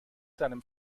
deinem